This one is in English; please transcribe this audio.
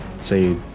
say